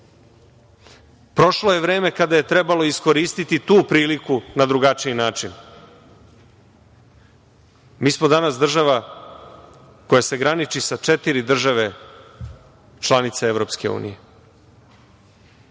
Prošlo je vreme kada je trebalo iskoristiti tu priliku na drugačiji način. Mi smo danas država koja se graniči sa četiri države, članice EU. Mi